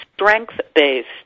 strength-based